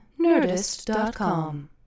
Nerdist.com